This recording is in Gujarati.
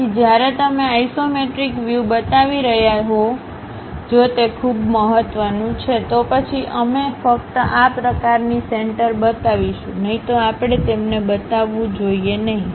તેથી જ્યારે તમે આઇસોમેટ્રિક વ્યૂ બતાવી રહ્યા હો જો તે ખૂબ મહત્વનું છે તો પછી અમે ફક્ત આ પ્રકારની સેન્ટર બતાવીશું નહીં તો આપણે તેમને બતાવવું જોઈએ નહીં